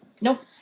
nope